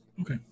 Okay